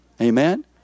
Amen